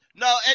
no